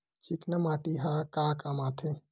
चिकना माटी ह का काम आथे?